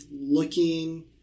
looking